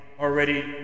already